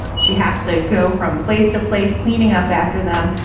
she has to go from place to place cleaning up after them.